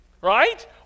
Right